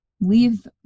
leave